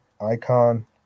Icon